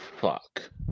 Fuck